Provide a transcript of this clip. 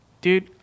dude